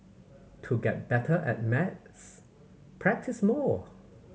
to get better at maths practise more